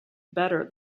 better